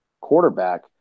quarterback